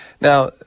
Now